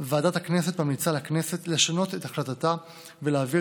ועדת הכנסת ממליצה לכנסת לשנות את החלטתה ולהעביר